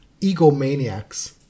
egomaniacs